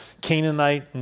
Canaanite